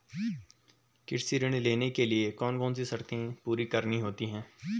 कृषि ऋण लेने के लिए कौन कौन सी शर्तें पूरी करनी होती हैं?